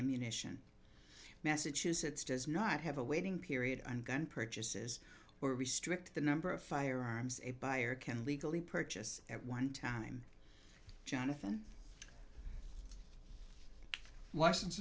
ammunition massachusetts does not have a waiting period on gun purchases or restrict the number of firearms a buyer can legally purchase at one time jonathan washington